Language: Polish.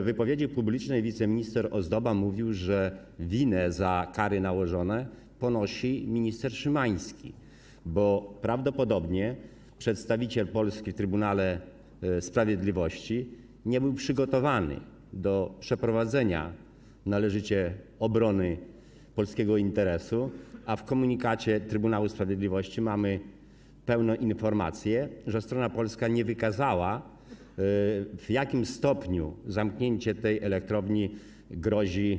W wypowiedzi publicznej wiceminister Ozdoba mówił, że winę za nałożone kary ponosi minister Szymański, bo prawdopodobnie przedstawiciel Polski w Trybunale Sprawiedliwości nie był należycie przygotowany do przeprowadzenia obrony polskiego interesu, a w komunikacie Trybunału Sprawiedliwości mamy pełną informację, że strona polska nie wykazała, w jakim stopniu zamknięcie tej elektrowni grozi